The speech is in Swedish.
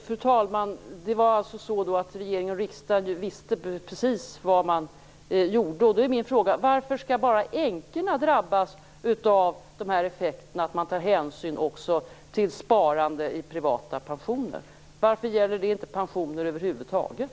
Fru talman! Regering och riksdag visste alltså precis vad man gjorde. Då är min fråga: Varför skall bara änkorna drabbas av effekterna av att man tar hänsyn också till sparande i privata pensioner? Varför gäller inte det pensioner över huvud taget?